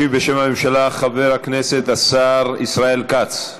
ישיב בשם הממשלה חבר הכנסת השר ישראל כץ.